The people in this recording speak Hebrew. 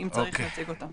אם צריך, נציג אותם.